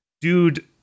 Dude